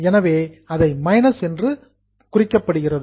எனவே அதை மைனஸ் என்று குறிக்கப்படுகிறது